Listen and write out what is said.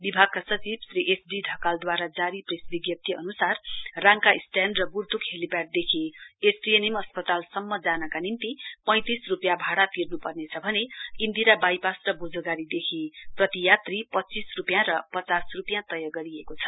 विभागका सचिव Shri S D ढ़कालद्वारा जारी प्रेस विज्ञप्ती अनुसार राङका स्ट्याण्ड र बुर्तुक हेलीप्याडदेखि एसटिएनएम अस्पताल जानका निम्ति पैंतिस रूपियाँ भाइा तिर्नुपर्नेछ भने इन्दिरा बाइपास र बोझोधारीदेखि प्रतियात्री पञ्चीस रूपियाँ र प्चास रूपिया तय गरिएको छ